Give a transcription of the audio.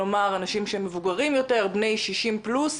כלומר, אנשים מבוגרים יותר, בני 60 פלוס,